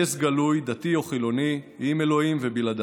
נס גלוי, דתי או חילוני, עם ה' או בלעדיו.